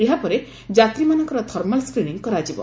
ଏହାପରେ ଯାତ୍ରୀମାନଙ୍କର thermal screening କରାଯିବ